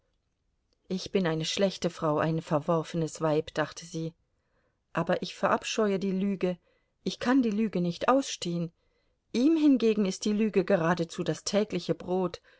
ich bin eine schlechte frau ein verworfenes weib dachte sie aber ich verabscheue die lüge ich kann die lüge nicht ausstehen ihm hingegen ist die lüge geradezu das tägliche brot